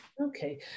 Okay